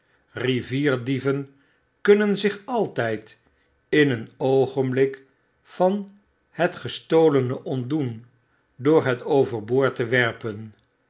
deugt rivierdieven kunnen zich altgd in een oogenblik van het gestolene ontdoen door het overboord te werpen